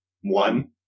One